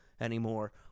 anymore